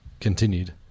continued